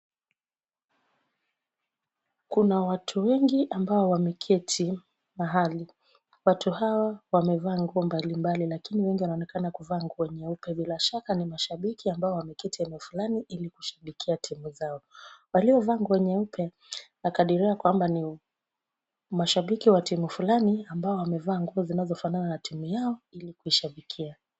Kuna watu wengi ambao wameketi mahali. Watu hawa wamevaa nguo mbalimbali lakini wengi wanaonekana kuvaa nguo nyeupe bila shaka ni mashabiki ambao wameketi eneo fulani ili kushabikia timu zao. Waliovaa nguo nyeupe wanakadiriwa kwamba ni mashabiki wa timu fulani ambao wamevaa nguo zinazofanana na timu yao ili kuishabikia.